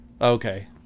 Okay